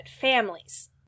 families